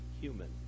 human